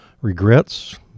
Regrets